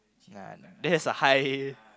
k lah that is a high